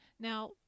Now